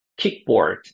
Kickboard